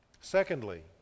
Secondly